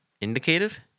Indicative